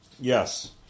Yes